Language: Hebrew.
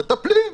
מטפלים.